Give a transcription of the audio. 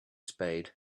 spade